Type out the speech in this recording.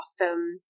awesome